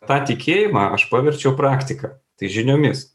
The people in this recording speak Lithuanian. tą tikėjimą aš paverčiau praktika tai žiniomis